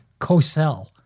Cosell